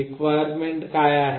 requirement काय आहेत